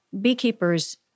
Beekeepers